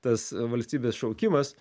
tas valstybės šaukimas